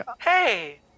hey